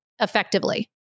effectively